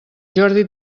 jordi